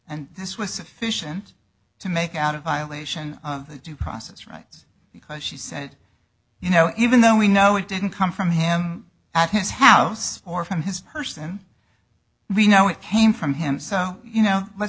and this was sufficient to make out a violation of the due process rights because she said you know even though we know it didn't come from him at his house or from his person we know it came from him so you know let's